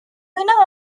winner